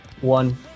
one